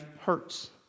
hurts